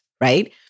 Right